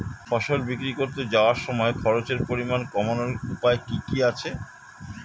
ফসল বিক্রি করতে যাওয়ার সময় খরচের পরিমাণ কমানোর উপায় কি কি আছে?